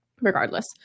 regardless